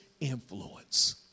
influence